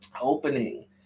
opening